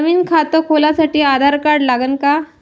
नवीन खात खोलासाठी आधार कार्ड लागन का?